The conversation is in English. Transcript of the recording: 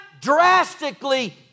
drastically